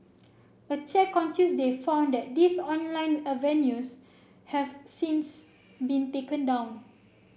a check on Tuesday found that these online avenues have since been taken down